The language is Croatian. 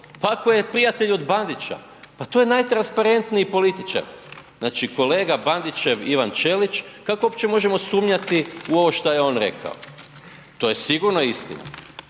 i ako je prijatelj od Bandića pa to je najtransparentniji političar. Znači, kolega Bandićev Ivan Ćelić kako uopće možemo sumnjati u ovo šta je on rekao, to je sigurno istina.